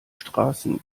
straßen